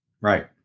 right